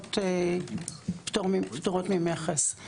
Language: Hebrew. חנויות פטורות ממכס.